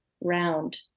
round